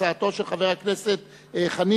הצעתו של חבר הכנסת חנין,